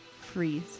freeze